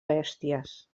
bèsties